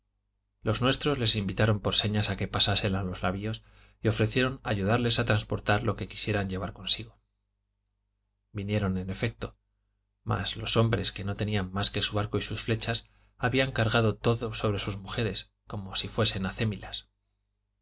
los nuestros les invitaron por señas a que pasasen a los navios y ofrecieron ayudarles a transportar lo que quisieran llevar consigo vinieron en efecto mas los hombres que no tenían más que su arco y sus flechas habían cargado todo sobre sus mujeres como si fuesen acémilas